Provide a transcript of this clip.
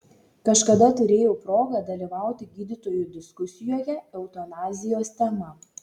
kažkada turėjau progą dalyvauti gydytojų diskusijoje eutanazijos tema